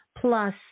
Plus